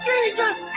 Jesus